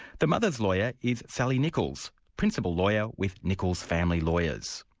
the mother's lawyer is sally nicholes, principal lawyer with nicholes family lawyers.